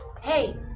Hey